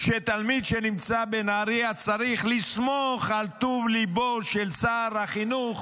שתלמיד שנמצא בנהריה צריך לסמוך על טוב ליבו של שר החינוך